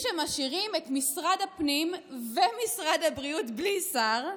שמשאירים את משרד הפנים ומשרד הבריאות בלי שר,